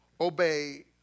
obey